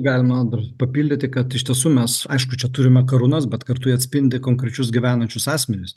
galima dar papildyti kad iš tiesų mes aišku čia turime karūnas bet kartu jie atspindi konkrečius gyvenančius asmenis